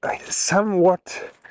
Somewhat